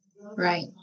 Right